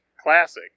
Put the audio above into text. Classic